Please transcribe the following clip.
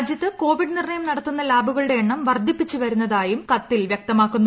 രാജ്യത്ത് കോവിഡ് നിർണ്ണയം നടത്തുന്ന ലാബുകളുടെ എണ്ണം വർദ്ധിപ്പിച്ചു വരുന്നതായും കത്തിൽ വൃക്തമാക്കുന്നു